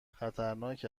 خطرناک